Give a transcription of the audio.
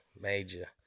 major